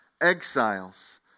exiles